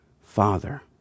Father